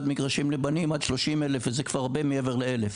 מגרשים לבנים עד 30,000 וזה כבר הרבה מעבר ל-1,000.